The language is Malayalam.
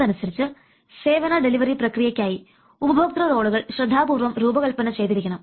അതനുസരിച്ച് സേവന ഡെലിവറി പ്രക്രിയയ്ക്കായി ഉപഭോക്തൃ റോളുകൾ ശ്രദ്ധാപൂർവ്വം രൂപകൽപ്പന ചെയ്തിരിക്കണം